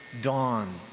Dawn